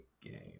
game